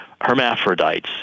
hermaphrodites